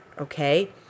Okay